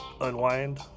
Unwind